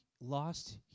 lost